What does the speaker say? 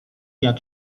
jak